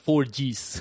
4G's